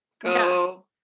go